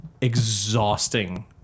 exhausting